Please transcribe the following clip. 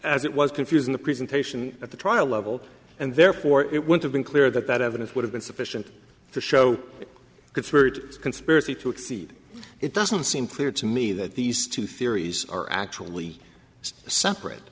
as it was confusing the presentation at the trial level and therefore it would have been clear that that evidence would have been sufficient to show the third conspiracy to exceed it doesn't seem clear to me that these two theories are actually separate